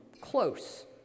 close